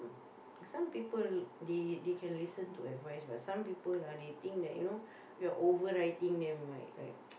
some people they they can listen to advice but some people ah they think that you know you're overriding them right like